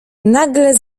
nagle